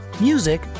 music